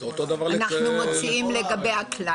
אנחנו מוציאים לגבי הכלל.